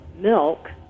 milk